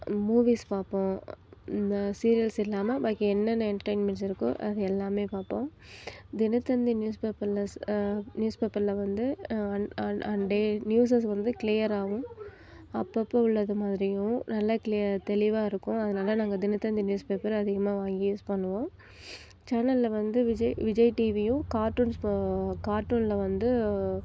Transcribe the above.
movies பார்ப்போம் இந்த serials இல்லாமல் பாக்கி என்னென்ன என்டர்டைன்மெண்ட்ஸ் இருக்கோ அது எல்லாமே பார்ப்போம் தினத்தந்தி நியூஸ் பேப்பர்ல நியூஸ் பேப்பர்ல வந்து அன் அன் அன் டே நியூசஸ் வந்து கிளீயராகவும் அப்பப்போ உள்ளது மாதிரியும் நல்லா கிளீ தெளிவாக இருக்கும் அதனாள நாங்கள் தினத்தந்தி நியூஸ் பேப்பர் அதிகமாக வாங்கி யூஸ் பண்ணுவோம் சேனல்ல வந்து விஜய் விஜய் டிவியும் கார்ட்டூன்ஸ் பா கார்ட்டூன்ல வந்து